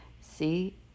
See